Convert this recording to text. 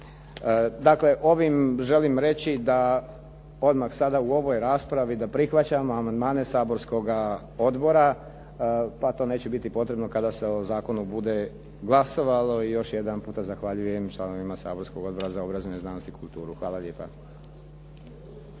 Dakle, ovim želim reći da odmah sada u ovoj raspravi da prihvaćamo amandmane saborskoga odbora, da to neće biti potrebno kada se o zakonu bude glasovalo. I još jedanputa zahvaljujem članovima saborskog Odbora za obrazovanje, znanost i kulturu. Hvala lijepa.